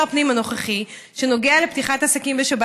הפנים הנוכחי שנוגע לפתיחת עסקים בשבת,